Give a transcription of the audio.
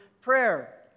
prayer